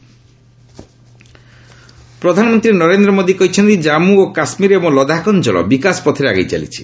PM Haryana ପ୍ରଧାନମନ୍ତ୍ରୀ ନରେନ୍ଦ୍ର ମୋଦୀ କହିଛନ୍ତି ଜାମ୍ମୁ ଓ କାଶ୍ମୀର ଏବଂ ଲଦାଖ ଅଞ୍ଚଳ ବିକାଶ ପଥରେ ଆଗେଇ ଚାଲିଛି